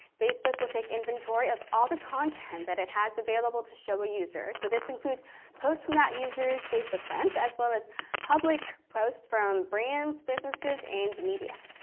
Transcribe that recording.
facebook will take inventory of all the content that it has available to show a user so this includes posts from that user's facebook friends as well as public posts from brands, businesses and media.